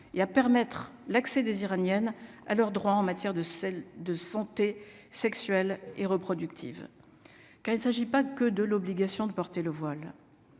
et à permettre l'accès des Iraniennes à leurs droits en matière de celle de santé sexuelle et reproductive quand il s'agit pas que de l'obligation de porter le voile